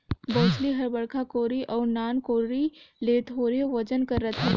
बउसली हर बड़खा कोड़ी अउ नान कोड़ी ले थोरहे ओजन कर रहथे